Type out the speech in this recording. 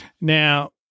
Now